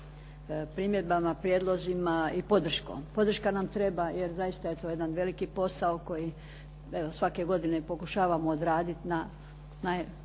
primjedbama, prijedlozima i podrškom. Podrška nam treba, jer zaista je to jedan veliki posao evo koji svake godine pokušavamo odraditi na najbolje